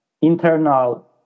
internal